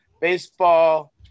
baseball